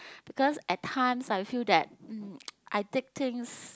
because at times I feel that um I take things